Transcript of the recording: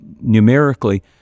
numerically